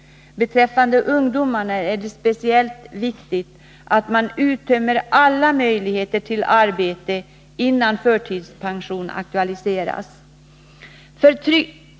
Beträffande ungdomarna är det speciellt viktigt att man uttömmer alla möjligheter att skaffa arbete innan förtidspension aktualiseras.